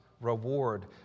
reward